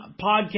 podcast